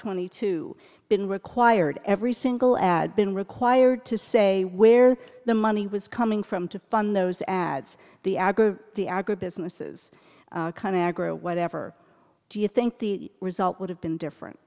twenty two been required every single ad been required to say where the money was coming from to fund those ads the ag the agribusinesses grow whatever do you think the result would have been different